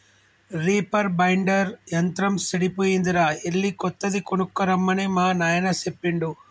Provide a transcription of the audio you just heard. reaper binder యంత్రం సెడిపోయిందిరా ఎళ్ళి కొత్తది కొనక్కరమ్మని మా నాయిన సెప్పిండు